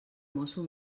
mosso